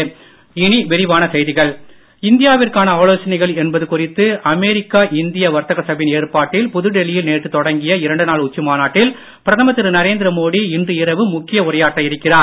மோடி இந்தியாவிற்கான ஆலோசனைகள் என்பது குறித்து அமெரிக்கா இந்தியா வர்த்தக சபையின் ஏற்பாட்டில் புதுடெல்லியில் நேற்று தொடங்கிய இரண்டு நாள் உச்சி மாநாட்டில் பிரதமர் திரு நரேந்திர மோடி இன்று இரவு முக்கிய உரையாற்ற இருக்கிறார்